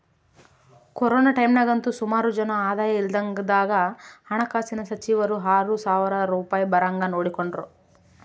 corona ಟೈಮ್ನಾಗಂತೂ ಸುಮಾರು ಜನ ಆದಾಯ ಇಲ್ದಂಗಾದಾಗ ಹಣಕಾಸಿನ ಸಚಿವರು ಆರು ಸಾವ್ರ ರೂಪಾಯ್ ಬರಂಗ್ ನೋಡಿಕೆಂಡ್ರು